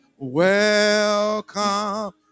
Welcome